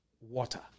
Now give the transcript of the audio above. water